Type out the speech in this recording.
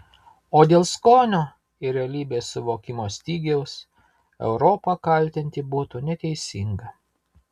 o dėl skonio ir realybės suvokimo stygiaus europą kaltinti būtų neteisinga